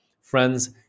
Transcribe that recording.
friends